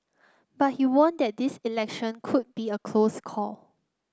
but he warned that this election could be a close call